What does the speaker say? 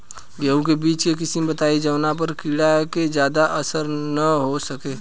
गेहूं के बीज के किस्म बताई जवना पर कीड़ा के ज्यादा असर न हो सके?